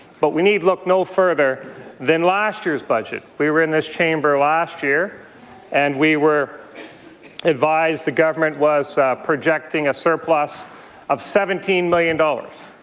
but we need look no further than last year's budget. we were in this chamber last year and we were advised, the government was projecting a surplus of seventeen million dollars.